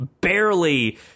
barely